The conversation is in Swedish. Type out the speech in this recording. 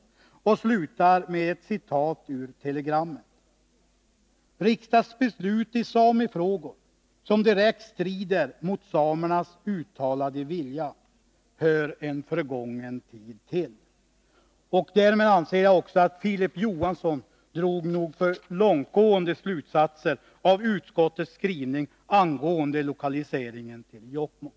Jag vill till sist också anföra följande citat ur telegrammet: ”Riksdagsbeslut i samefrågor, som direkt strider mot samernas uttalade vilja, hör en förgången tid till.” Jag vill framhålla att Filip Johansson nog drog för långtgående slutsatser av utskottets skrivning angående lokaliseringen till Jokkmokk.